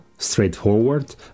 straightforward